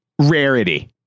rarity